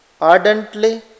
ardently